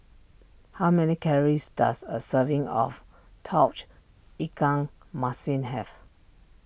how many calories does a serving of Tauge Ikan Masin have